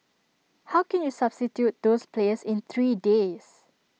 how can you substitute those players in three days